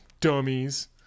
Dummies